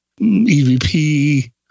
EVP